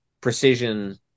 precision